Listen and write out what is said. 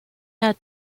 herr